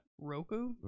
Roku